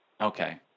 Okay